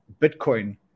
Bitcoin